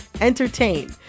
entertain